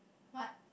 what